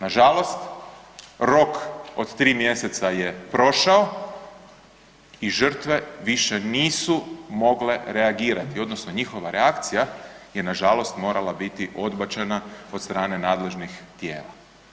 Nažalost, rok od tri mjeseca je prošao i žrtve više nisu mogle reagirati odnosno njihova reakcija je nažalost morala biti odbačena od strane nadležnih tijela.